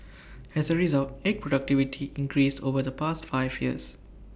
as A result egg productivity increased over the past five years